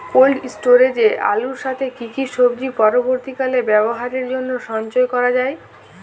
Cold স্টোরেজে আলুর সাথে কি কি সবজি পরবর্তীকালে ব্যবহারের জন্য সঞ্চয় করা যায়?